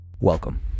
Welcome